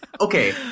Okay